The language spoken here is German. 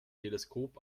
teleskop